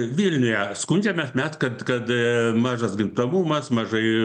vilniuje skundžiamės mes kad kad mažas gimstamumas mažai